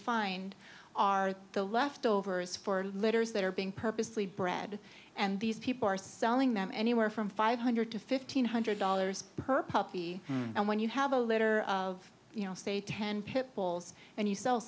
find are the leftovers for litters that are being purposely bred and these people are selling them anywhere from five hundred to fifteen hundred dollars per puppy and when you have a litter of you know say ten pit bulls and you sell